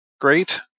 great